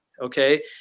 Okay